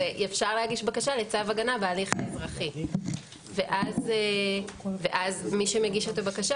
אפשר להגיש בקשה לצוו הגנה בהליך אזרחי ואז מי שמגיש את הבקשה